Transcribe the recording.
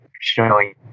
showing